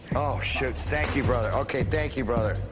oh shoots, thank you, brother. ok, thank you, brother.